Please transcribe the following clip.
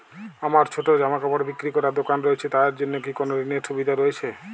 আমার ছোটো জামাকাপড় বিক্রি করার দোকান রয়েছে তা এর জন্য কি কোনো ঋণের সুবিধে রয়েছে?